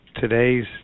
today's